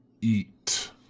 Eat